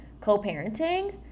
co-parenting